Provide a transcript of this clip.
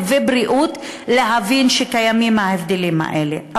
ובריאות להבין שקיימים ההבדלים האלה.